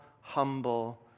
humble